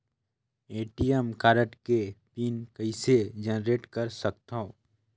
ATM card के pin कइसे generate कर सकथव?